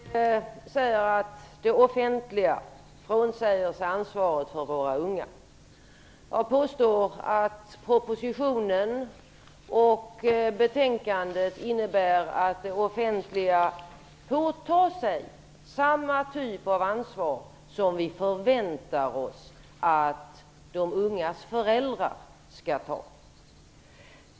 Fru talman! Alice Åström säger att det offentliga frånsäger sig ansvaret för våra unga. Jag påstår att propositionen och betänkandet innebär att det offentliga påtar sig samma typ av ansvar som vi förväntar oss att de ungas föräldrar skall ta.